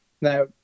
Now